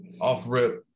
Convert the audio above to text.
Off-rip